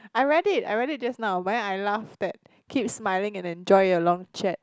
I read it I read it just now but I laugh that keep smiling and enjoy your long chat